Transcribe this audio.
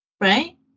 right